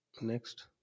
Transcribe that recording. Next